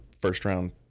first-round